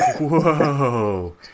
Whoa